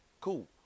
cool